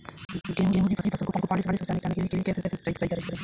गेहूँ की फसल को पाले से बचाने के लिए कैसे सिंचाई करें?